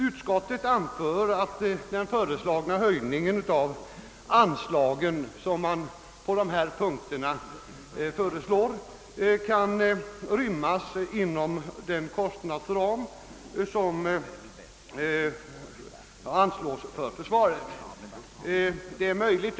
Utskottet anför att den föreslagna höjningen av anslagen vid dessa punkter kan rymmas inom den kostnadsram som anslås till försvaret. Det är möjligt.